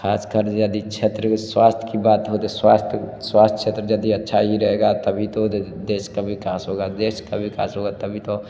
ख़ास कर यदि क्षेत्र में स्वास्थ्य की बात हो तो स्वास्थ्य स्वास्थ्य क्षेत्र यदि अच्छा ही रहेगा तभी तो देश का विकास होगा देश का वईकास होगा तभी तो